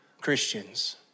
Christians